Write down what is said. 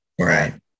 Right